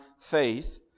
faith